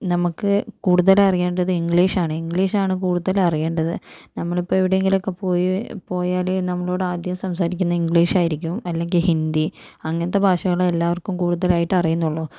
നമുക്ക് കൂടുതൽ അറിയേണ്ടത് ഇംഗ്ലീഷാണ് ഇംഗ്ലീഷാണ് കൂടുതൽ അറിയേണ്ടത് നമ്മൾ ഇപ്പോൾ എവിടെങ്കിലും ഒക്കെ പോയി പോയാല് നമ്മളോട് ആദ്യം സംസാരിക്കുന്നത് ഇംഗ്ലീഷ് ആയിരിക്കും അല്ലെങ്കിൽ ഹിന്ദി അങ്ങനത്തെ ഭാഷകൾ എല്ലാവർക്കും കൂടുതലായിട്ടും അറിയുന്നുള്ളു